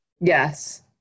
Yes